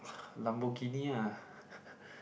Lamborghini ah